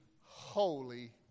holy